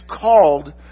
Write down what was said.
called